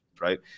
right